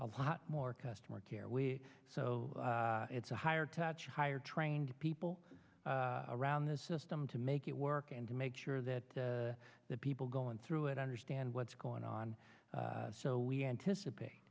a lot more customer care we so it's a higher touch higher trained people around the system to make it work and to make sure that the people going through it understand what's going on so we anticipate